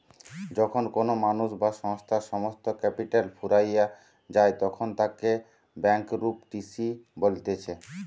যখন কোনো মানুষ বা সংস্থার সমস্ত ক্যাপিটাল ফুরাইয়া যায়তখন তাকে ব্যাংকরূপটিসি বলতিছে